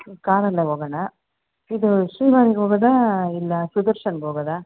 ಕಾರಲ್ಲೇ ಹೋಗೋಣ ಇದು ಶ್ರೀವಾರಿಗೆ ಹೋಗೋದ ಇಲ್ಲ ಸುದರ್ಶನ್ಗೆ ಹೋಗೋದ